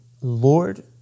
Lord